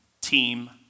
team